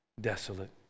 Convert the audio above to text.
desolate